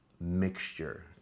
mixture